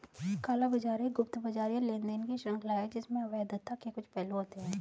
काला बाजार एक गुप्त बाजार या लेनदेन की श्रृंखला है जिसमें अवैधता के कुछ पहलू होते हैं